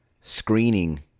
screening